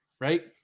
right